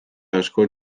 asko